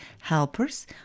helpers